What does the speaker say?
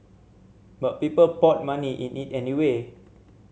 but people poured money in it anyway